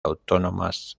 autónomas